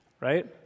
Right